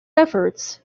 efforts